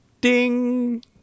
Ding